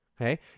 okay